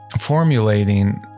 formulating